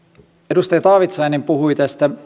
edustaja taavitsainen puhui